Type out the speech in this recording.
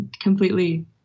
completely